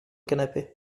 canapé